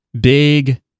big